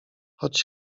choć